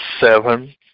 seven